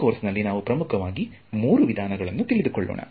ಈ ಕೋರ್ಸ್ನಲ್ಲಿ ನಾವು ಪ್ರಮುಖವಾಗಿ ಮೂರು ವಿಧಾನಗಳನ್ನು ತಿಳಿದುಕೊಳ್ಳೋಣ